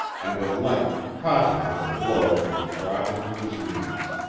and at length caught him with a blow which brought him to his knees.